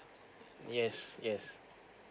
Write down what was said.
yes yes